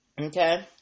Okay